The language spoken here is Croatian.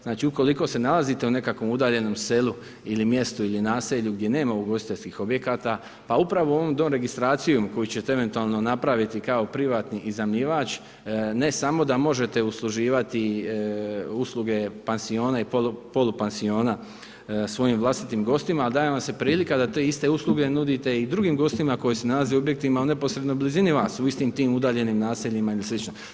Znači ukoliko se nalazite u nekakvom udaljenom selu ili mjestu ili naselju gdje nema ugostiteljskih objekata, pa upravo ovom doregistracijom koju ćete eventualno napraviti ko privatni iznajmljivač, ne samo da možete usluživati usluge pansiona i polupansiona svojim vlastitim gostima, daje vam prilika da te iste usluge nudite i drugim gostima koji se nalaze u objektima u neposrednoj blizini vas, u istim tim udaljenim naseljima ili sl.